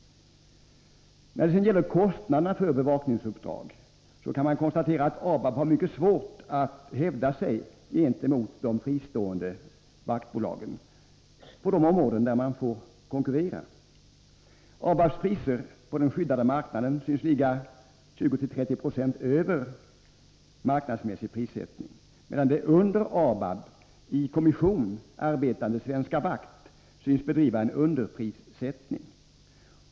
När det sedan gäller kostnaderna för bevakningsuppdrag kan konstateras att ABAB har mycket svårt att hävda sig gentemot de fristående vaktbolagen på de områden där man får konkurrera. ABAB:s priser på den skyddade marknaden syns ligga 20-30 26 över marknadsmässig prissättning, medan det under ABAB i kommission arbetande Svenska Vakt AB syns bedriva en Nr 24 underprissättning.